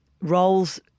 Roles